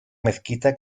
mezquita